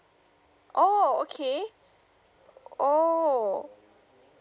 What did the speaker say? oh okay oh